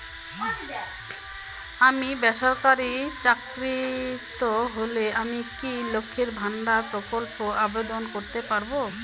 আমি বেসরকারি চাকরিরত হলে আমি কি লক্ষীর ভান্ডার প্রকল্পে আবেদন করতে পারব?